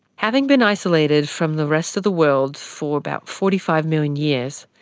having been isolated from the rest of the world for about forty five million years,